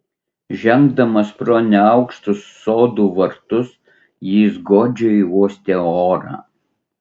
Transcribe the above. žengdamas pro neaukštus sodų vartus jis godžiai uostė orą